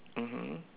mmhmm